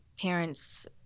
parents